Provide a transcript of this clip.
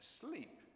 sleep